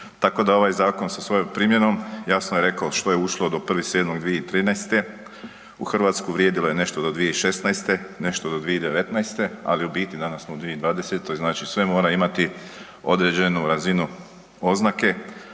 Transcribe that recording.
Tako da ovaj zakon sa svojom primjenom, jasno je rekao što je ušlo do 1.7.2013. u Hrvatsku, vrijedilo je nešto do 2016., nešto do 2019. ali u biti danas smo u 2020., znači sve mora imati određenu razinu oznake,